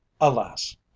Alas